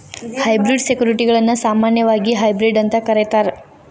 hybrid ಸೆಕ್ಯುರಿಟಿಗಳನ್ನ ಸಾಮಾನ್ಯವಾಗಿ hybrid ಅಂತ ಕರೇತಾರ